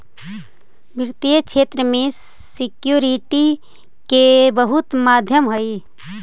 वित्तीय क्षेत्र में सिक्योरिटी के बहुत महत्व हई